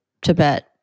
Tibet